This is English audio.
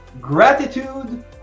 gratitude